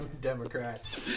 Democrat